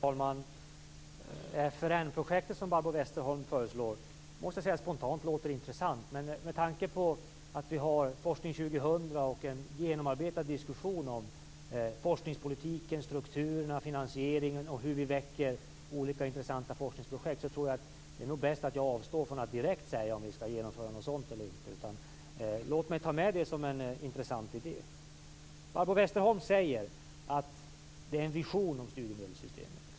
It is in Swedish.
Fru talman! FRN-projektet som Barbro Westerholm föreslår måste jag spontant säga låter intressant. Men med tanke på att vi har Forskning 2000 och en genomarbetad diskussion om forskningspolitikens struktur, finansiering och hur vi väcker olika intressanta forskningsprojekt, tror jag att det är bäst att jag avstår från att direkt säga om vi skall genomföra något sådant eller inte. Låt mig ta med det som en intressant idé. Barbro Westerholm säger att Folkpartiet har en vision om studiemedelssystemet.